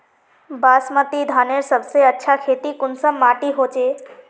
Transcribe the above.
बासमती धानेर सबसे अच्छा खेती कुंसम माटी होचए?